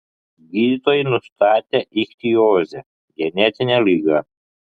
gydytojai nustatė ichtiozę genetinę ligą